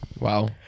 wow